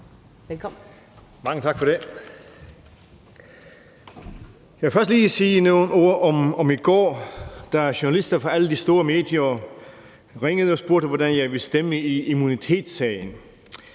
Mange tak for det. Jeg vil først lige sige nogle ord om i går, da journalister fra alle de store medier ringede og spurgte, hvordan jeg ville stemme i immunitetssagen.